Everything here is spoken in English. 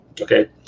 Okay